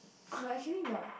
but actually not